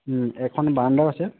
এখন বাৰণ্ডাও আছে